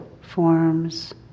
forms